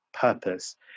purpose